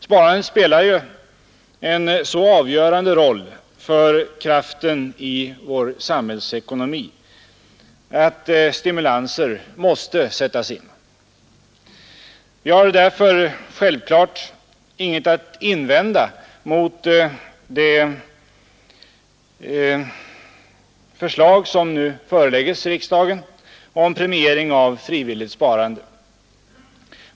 Sparandet spelar en så avgörande roll för kraften i vår samhällsekonomi att stimulanser måste sättas in. Vi har därför självklart inget att invända mot det förslag som nu förelägges riksdagen om premiering av frivilligt sparande.